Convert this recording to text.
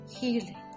healing